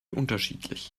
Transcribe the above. unterschiedlich